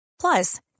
Plus